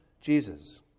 Jesus